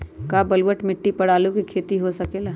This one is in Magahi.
का बलूअट मिट्टी पर आलू के खेती हो सकेला?